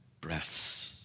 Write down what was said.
breaths